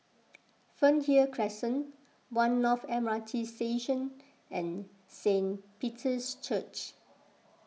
Fernhill Crescent one North M R T Station and Saint Peter's Church